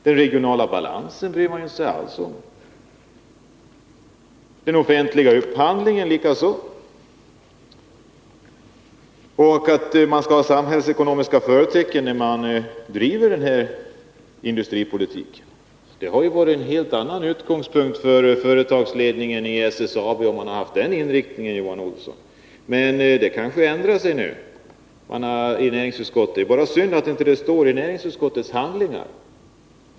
Den regionala balansen bryr man sig ju inte alls om. Det gäller också den offentliga upphandlingen. Och nu skall det vara samhällsekonomiska förtecken, när man driver den här industripolitiken. Utgångspunkten för företagsledningen i SSAB hade ju varit en helt annan om man hade haft den inriktningen, Johan Olsson! Men man kanske ändrar sig nu i näringsutskottet. Det är bara synd att det inte står i näringsutskottets handlingar.